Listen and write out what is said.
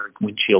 windshield